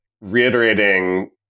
reiterating